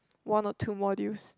one or two modules